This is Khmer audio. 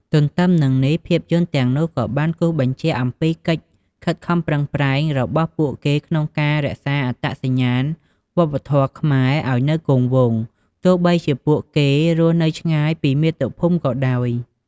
ទន្ទឹមនឹងនេះ ភាពយន្តទាំងនោះក៏បានគូសបញ្ជាក់អំពីកិច្ចខិតខំប្រឹងប្រែងរបស់ពួកគេក្នុងការរក្សាអត្តសញ្ញាណវប្បធម៌ខ្មែរ ឱ្យនៅគង់វង្ស ទោះបីជាពួកគេរស់នៅឆ្ងាយពីមាតុភូមិក៏ដោយ។